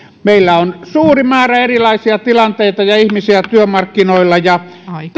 meillä on suuri määrä erilaisia tilanteita ja ihmisiä työmarkkinoilla ja